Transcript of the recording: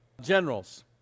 generals